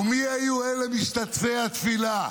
מי היו אלה משתתפי התפילה?